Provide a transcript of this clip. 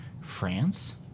France